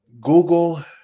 Google